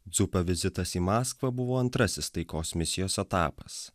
dzupio vizitas į maskvą buvo antrasis taikos misijos etapas